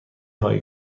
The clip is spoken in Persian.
هایی